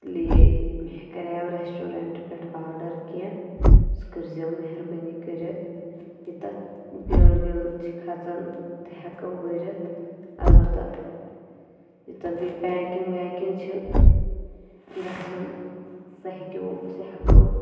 اسلیے مےٚ کَریو ریسٹورنٹہٕ پٮ۪ٹھ آرڈر کینٛہہ سُہ کٔرۍ زیٚو مہربٲنی کٔرِتھ یہِ تتھ بِل وِل چھِ کھژَان تہِ ہیٚکو بٔرِتھ البتہ یہِ تتھ بیٚیہِ پیکِنٛگ ویکِنٛگ چھِ گژھان سُہ ہیٚکِو سُہ ہیٚکو